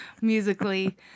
musically